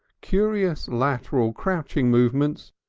curious lateral crouching movements,